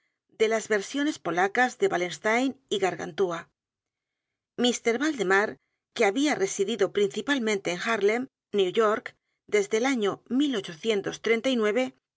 de las versiones polacas de wallenstein y gargantea mr valdemar que había residido principalmente en harlen new york desde el año